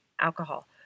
alcohol